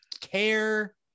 care